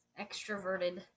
extroverted